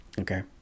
okay